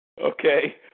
Okay